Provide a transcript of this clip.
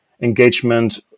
engagement